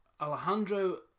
Alejandro